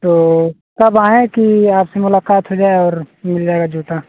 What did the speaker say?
तो कब आएँ कि आपसे मुलाकात हो जाए और मिल जाएगा जूता